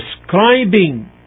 describing